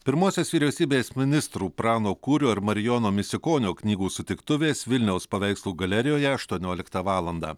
pirmosios vyriausybės ministrų prano kūrio ir marijono misiukonio knygų sutiktuvės vilniaus paveikslų galerijoje aštuonioliktą valandą